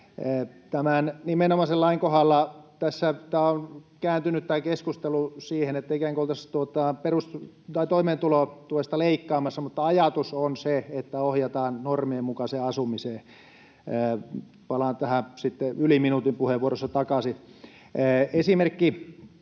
Tämän nimenomaisen lain kohdalla tämä keskustelu on kääntynyt siihen, että ikään kuin oltaisiin toimeentulotuesta leikkaamassa, mutta ajatus on se, että ohjataan normien mukaiseen asumiseen. — Palaan tähän sitten yli minuutin puheenvuorossani takaisin. Edustaja